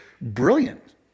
brilliant